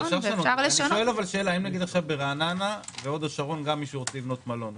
אם ברעננה ובהוד השרון גם מישהו רוצה לבנות מלון.